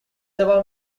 about